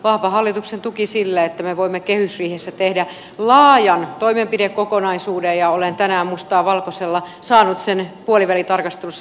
vahva hallituksen tuki sille että me voimme kehysriihessä tehdä laajan toimenpidekokonaisuuden ja olen tänään mustaa valkoisella saanut sen puolivälitarkastelussa läpi